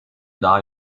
daha